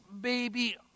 baby